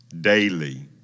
daily